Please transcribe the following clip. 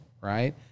right